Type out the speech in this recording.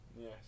Yes